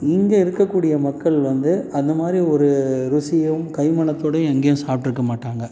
இங்கே இருக்கக்கூடிய மக்கள் வந்து அந்த மாதிரி ஒரு ருசியும் கை மனத்தோடேயும் எங்கேயும் சாப்பிட்ருக்க மாட்டாங்க